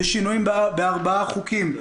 בשינויים בארבעה חוקים,